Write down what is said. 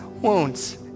wounds